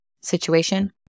situation